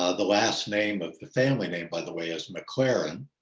ah the last name of the family named by the way as mclaren.